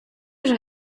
вже